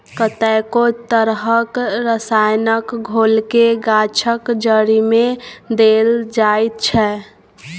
कतेको तरहक रसायनक घोलकेँ गाछक जड़िमे देल जाइत छै